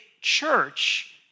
church